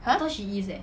!huh!